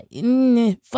fuck